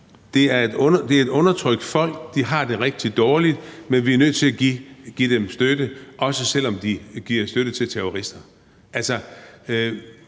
det er et undertrykt folk, de har det rigtig dårligt, men vi er nødt til at give dem støtte, også selv om de giver støtte til terrorister.